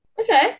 Okay